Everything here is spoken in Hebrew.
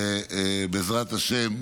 ובעזרת השם,